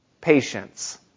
patience